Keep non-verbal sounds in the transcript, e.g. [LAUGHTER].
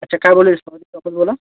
अच्छा काय बोललेसा [UNINTELLIGIBLE] वापस बोला